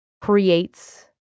creates